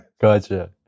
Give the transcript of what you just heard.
Gotcha